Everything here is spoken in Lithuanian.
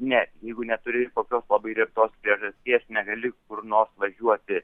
ne jeigu neturi kokios labai retos priežasties negali kur nors važiuoti